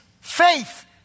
faith